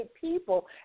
people